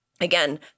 again